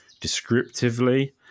descriptively